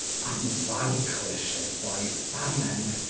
vanquished by famine,